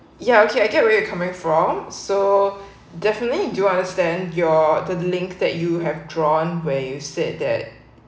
ya okay I get really uh coming from so definitely do understand your the link that you have drawn when you said that